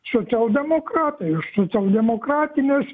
socialdemokratai už socialdemokratines